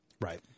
Right